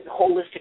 holistic